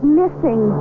missing